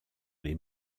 les